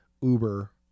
Uber